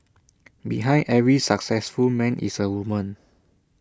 behind every successful man is A woman